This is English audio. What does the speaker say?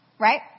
right